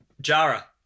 Jara